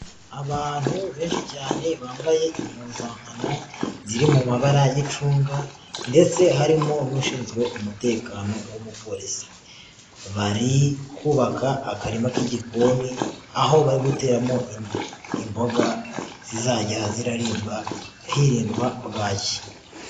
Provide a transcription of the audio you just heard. Abantu benshi cyane bambaye impuzankano ziri mu mabara y'icunga ndetse harimo n'ushinzwe umutekano w'umupolisi, bari kubaka akarima k'igikoni, aho bari guteramo imboga zizajya ziraribwa hirindwa bwaki.